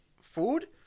food